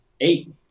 eight